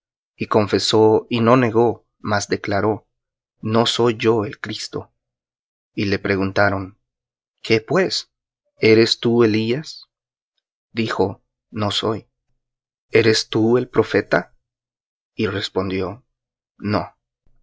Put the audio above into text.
y confesó y no negó mas declaró no soy yo el cristo y le preguntaron qué pues eres tú elías dijo no soy eres tú el profeta y respondió no